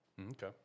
Okay